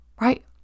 Right